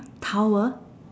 towel